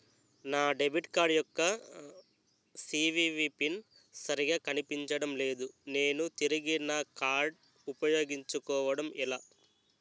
నా debit card యెక్క CVV pin సరిగా కనిపించడం లేదు నేను తిరిగి నా కార్డ్ఉ పయోగించుకోవడం ఎలా?